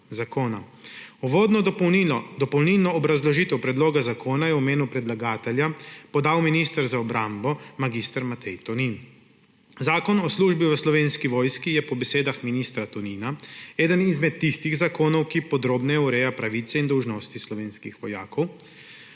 Zakon o službi v Slovenski vojski je po besedah ministra Tonina eden izmed tistih zakonov, ki podrobneje urejajo pravice in dolžnosti slovenskih vojakov,